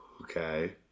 Okay